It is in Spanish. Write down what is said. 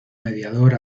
mediador